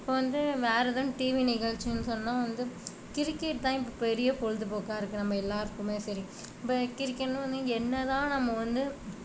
இப்போ வந்து வேறு எதுவும் டிவி நிகழ்ச்சின்னு சொன்னால் வந்து கிரிக்கெட் தான் இப்போ பெரிய பொழுதுபோக்கா இருக்குது நம்ம எல்லாேருக்குமே சரி இப்போ கிரிக்கெட்டுன்னு வந்து என்னதான் நம்ம வந்து